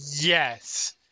yes